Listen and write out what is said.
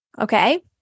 Okay